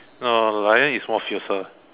no the lion is more fiercer